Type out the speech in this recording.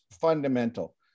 fundamental